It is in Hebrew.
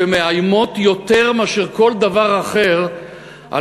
שמאיימות יותר מאשר כל דבר אחר על